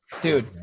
Dude